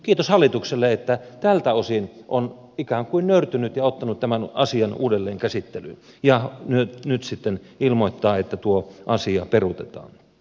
kiitos hallitukselle että se tältä osin on ikään kuin nöyrtynyt ja ottanut tämän asian uudelleen käsittelyyn ja nyt sitten ilmoittaa että tuo asia peruutetaan